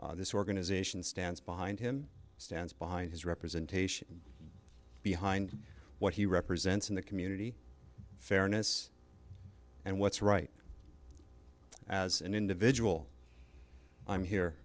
this organization stands behind him stands behind his representation behind what he represents in the community fairness and what's right as an individual i'm here